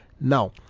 Now